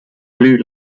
blue